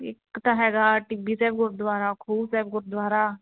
ਇੱਕ ਤਾਂ ਹੈਗਾ ਟਿੱਬੀ ਸਾਹਿਬ ਗੁਰਦੁਆਰਾ ਖੂਹ ਸਾਹਿਬ ਗੁਰਦੁਆਰਾ